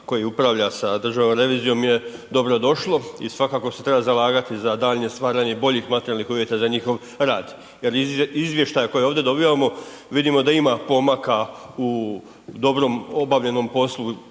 koji upravlja sa državnom revizijom je dobro došlo i svakako se treba zalagati za daljnje stvaranje boljih materijalnih uvjeta za njihov rad jer iz izvještaja koji ovdje dobivamo vidimo da ima pomaka u dobro obavljenom poslu